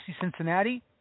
Cincinnati